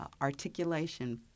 articulation